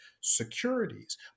securities